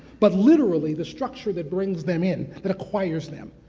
but literally the structure that brings them in, that acquires them.